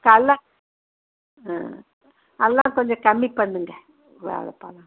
கல்லா ஆ அல்லா கொஞ்சம் கம்மி பண்ணுங்க வாழைப் பழம்